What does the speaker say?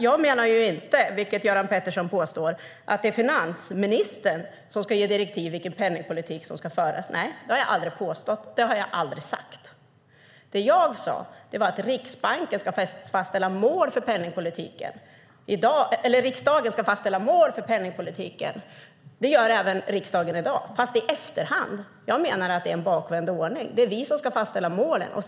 Jag menar inte, vilket Göran Pettersson påstår, att det är finansministern som ska ge direktiv om vilken penningpolitik som ska föras. Det har jag aldrig påstått. Det jag sade var att riksdagen ska fastställa mål för penningpolitiken. Det gör också riksdagen i dag, men i efterhand. Jag menar att det är en bakvänd ordning. Det är vi som ska fastställa målen.